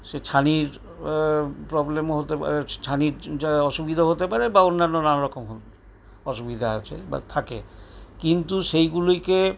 সে ছানির প্রবলেমও হতে পারে ছানির যা অসুবিধা হতে পারে বা অন্যান্য নানারকম অসুবিধা আছে বা থাকে কিন্তু সেইগুলিকে